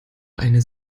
eine